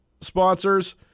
sponsors